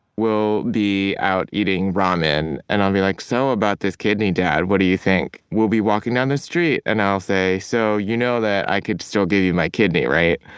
we'll be out eating ramen. and i'll be like, so about this kidney, dad, what do you think? we'll be walking down the street and i'll say, so, you know that i could still give you my kidney, right?